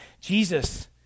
Jesus